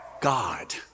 God